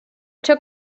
took